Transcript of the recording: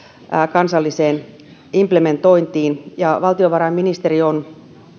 kansalliseen implementointiin valtiovarainministeriö on